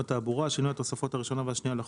(תעבורה) (שינוי התוספות הראשונה והשנייה לחוק),